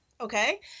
Okay